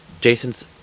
Jason's